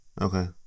Okay